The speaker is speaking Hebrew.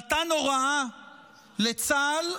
נתן הוראה לצה"ל,